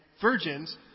virgins